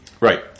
Right